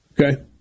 Okay